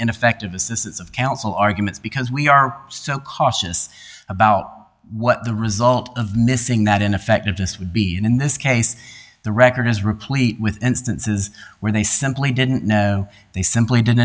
ineffective assistance of counsel arguments because we are so cautious about what the result of missing that ineffectiveness would be in this case the record is replete with instances where they simply didn't know they simply didn't